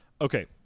Okay